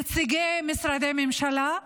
נציגי משרדי ממשלה,